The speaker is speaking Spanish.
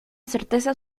certeza